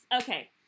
Okay